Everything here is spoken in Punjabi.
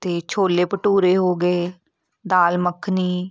ਅਤੇ ਛੋਲੇ ਭਟੂਰੇ ਹੋ ਗਏ ਦਾਲ ਮੱਖਣੀ